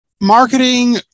Marketing